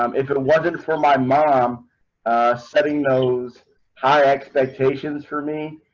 um if it wasn't for my mom setting those high expectations for me.